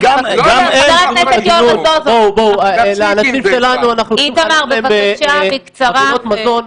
לאנשים שלנו, אנחנו צריכים לחלק להם חבילות מזון.